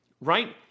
right